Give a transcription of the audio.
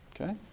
Okay